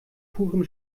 purem